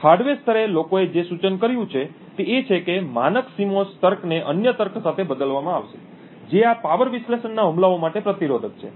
hardware સ્તરે લોકોએ જે સૂચન કર્યું છે તે એ છે કે માનક સિમોસ તર્કને અન્ય તર્ક સાથે બદલવામાં આવશે જે આ પાવર વિશ્લેષણના હુમલાઓ માટે પ્રતિરોધક છે